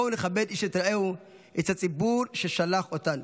בואו נכבד איש את רעהו, את הציבור ששלח אותנו